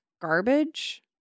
garbage